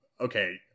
okay